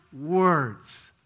words